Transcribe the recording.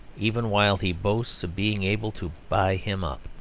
even while he boasts of being able to buy him up.